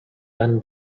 then